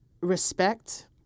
respect